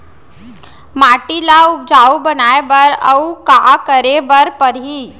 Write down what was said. माटी ल उपजाऊ बनाए बर अऊ का करे बर परही?